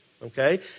Okay